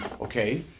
Okay